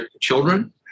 children